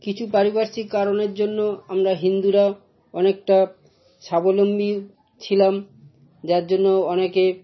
কিছু পারিপার্শ্বিক কারণের জন্য আমরা হিন্দুরা অনেকটা স্বাবলম্বী ছিলাম যার জন্য অনেকে